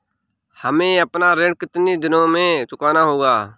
हमें अपना ऋण कितनी दिनों में चुकाना होगा?